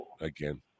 again